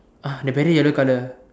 !huh! the barrier yellow color